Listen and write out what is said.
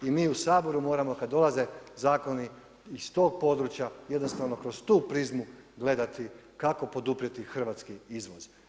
I mi u Saboru moramo kada dolaze zakoni iz tog područja, jednostavno kroz tu prizmu gledati kako poduprijeti hrvatski izvoz.